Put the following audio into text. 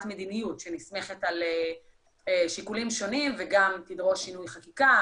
מדיניות שנסמכת על שיקולים שונים וגם תדרוש שינוי חקיקה.